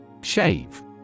Shave